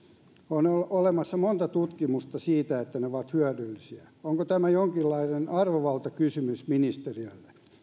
on olemassa monta tutkimusta siitä että ne ovat hyödyllisiä onko tämä jonkinlainen arvovaltakysymys ministeriölle